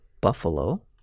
Buffalo